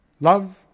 Love